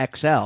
XL